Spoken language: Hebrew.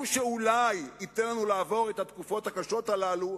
הוא שאולי ייתן לנו לעבור את התקופות הקשות הללו,